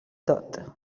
dot